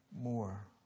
more